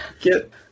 get